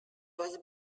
was